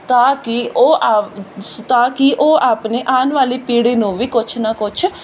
ਤਾਂ ਕਿ ਉਹ ਆਪ ਤਾਂ ਕਿ ਉਹ ਆਪਣੀ ਆਉਣ ਵਾਲੀ ਪੀੜ੍ਹੀ ਨੂੰ ਵੀ ਕੁਛ ਨਾ ਕੁਛ